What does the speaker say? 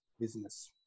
business